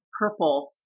purple